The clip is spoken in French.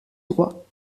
droits